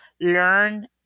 learn